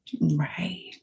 Right